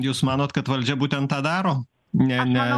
jūs manot kad valdžia būtent tą daro ne ne